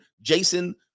Jason